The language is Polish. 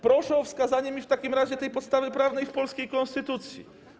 Proszę o wskazanie mi w takim razie tej podstawy prawnej w polskiej konstytucji.